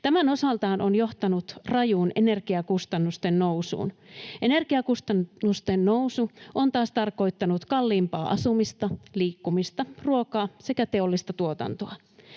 Tämä osaltaan on johtanut rajuun energiakustannusten nousuun. Energiakustannusten nousu on taas tarkoittanut kalliimpaa asumista, liikkumista, ruokaa sekä teollista tuotantoa.